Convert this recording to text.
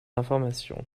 information